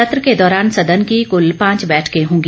सत्र के दौरान सदन की कल पांच बैठके होंगी